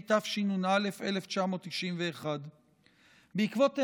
התשנ"א 1991. בעקבות האמור,